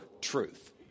truth